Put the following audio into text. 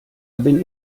bin